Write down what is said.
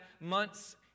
months